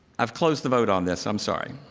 i've closed the vote on this. i'm sorry.